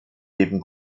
neben